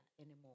anymore